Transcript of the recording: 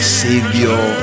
savior